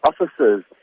officers